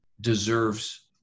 deserves